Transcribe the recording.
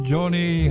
Johnny